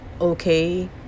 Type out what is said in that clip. okay